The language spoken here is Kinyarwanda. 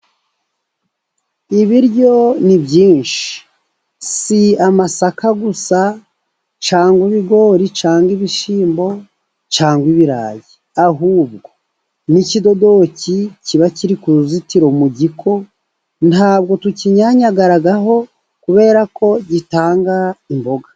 Ibiryo ni byinshi. Si amasaka gusa cyangwa ibigori, cyangwa ibishyimbo, cyangwa ibirayi, ahubwo n'ikidodoki kiba kiri ku ruzitiro mu giko, nta bwo tukinyanyayagaraho kubera ko gitanga imboga.